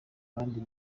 kandi